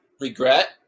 regret